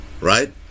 Right